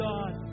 God